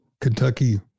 Kentucky